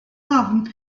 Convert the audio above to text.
ddofn